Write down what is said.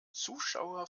zuschauer